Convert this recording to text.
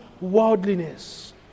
worldliness